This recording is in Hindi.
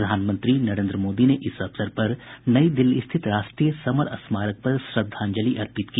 प्रधानमंत्री नरेन्द्र मोदी ने इस मौके पर नई दिल्ली स्थित राष्ट्रीय समर स्मारक पर श्रद्धांजलि अर्पित की